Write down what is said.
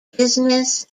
business